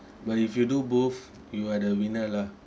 but if you do both you are the winner lah